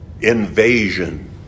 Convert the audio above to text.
invasion